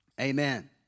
Amen